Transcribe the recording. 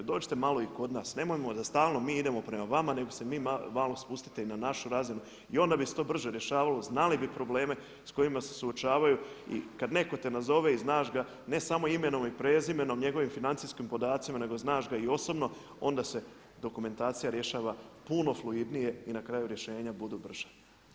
Dođite malo i kod nas, nemojmo da stalno mi idemo prema vama nego se vi malo spustite i na našu razinu i onda bi se to brže rješavalo, znali bi probleme s kojima se suočavaju i kada te netko nazove i znaš ga ne samo imenom i prezimenom, njegovim financijskim podacima nego ga znaš i osobno onda se dokumentacija rješava puno fluidnije i na kraju rješenja budu brža.